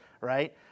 right